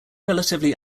relatively